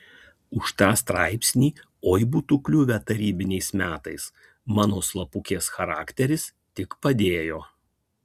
už tą straipsnį oi būtų kliuvę tarybiniais metais mano slapukės charakteris tik padėjo